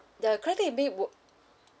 the credit limit would